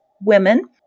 women